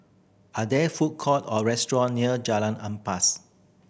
are there food court or restaurant near Jalan Ampas